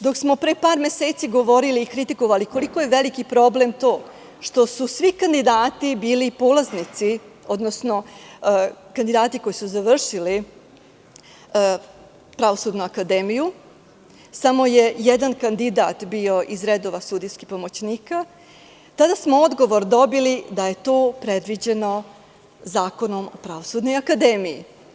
Dok smo pre par meseci govorili i kritikovali koliko je veliki problem to što su svi kandidati bili polaznici odnosno kandidati koji su završili Pravosudnu akademiju, samo je jedan kandidat bio iz redova sudijskih pomoćnika, tada smo odgovor dobili da je to predviđeno Zakonom o Pravosudnoj akademiji.